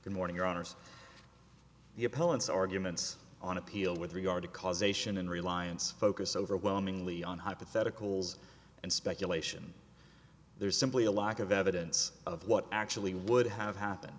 good morning your honour's the appellants arguments on appeal with regard to causation and reliance focus overwhelmingly on hypotheticals and speculation there is simply a lack of evidence of what actually would have happened